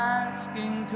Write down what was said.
asking